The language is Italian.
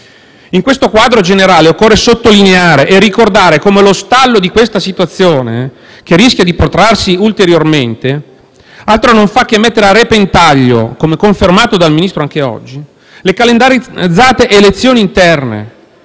In tale quadro generale occorre sottolineare e ricordare come lo stallo di questa situazione, che rischia di protrarsi ulteriormente, altro non fa che mettere a repentaglio, come confermato dal Ministro anche oggi, le calendarizzate elezioni interne